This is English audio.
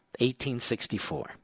1864